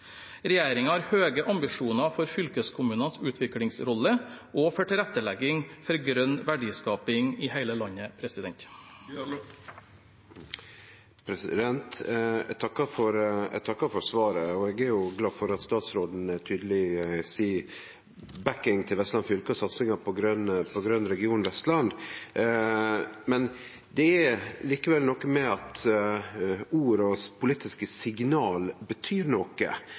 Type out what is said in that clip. har høye ambisjoner for fylkeskommunenes utviklingsrolle og for tilrettelegging for grønn verdiskaping i hele landet. Eg takkar for svaret, og eg er glad for at statsråden er tydeleg i si backing til Vestland fylke og satsinga på Grøn region Vestland. Det er likevel noko med at ord og politiske signal betyr noko.